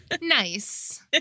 nice